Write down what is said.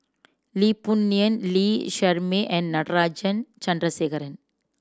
Lee Boon Ngan Lee Shermay and Natarajan Chandrasekaran